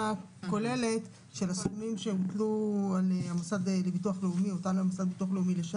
כוללת של הסכומים שהוטלו על המוסד לביטוח לאומי לשלם,